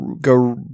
go